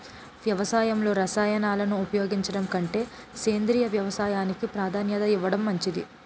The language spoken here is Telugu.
వ్యవసాయంలో రసాయనాలను ఉపయోగించడం కంటే సేంద్రియ వ్యవసాయానికి ప్రాధాన్యత ఇవ్వడం మంచిది